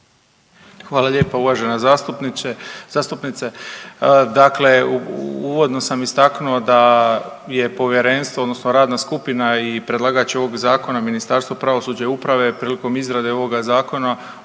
Hvala lijepa uvažena zastupnice. Dakle, uvodno sam istaknuo da je povjerenstvo odnosno radna skupina i predlagač ovog zakona Ministarstvo pravosuđa i uprave prilikom izrade ovoga zakona